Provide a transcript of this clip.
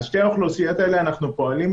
עם שתי האוכלוסיות האלה אנחנו פועלים,